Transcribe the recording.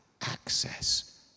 access